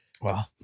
Wow